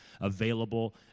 available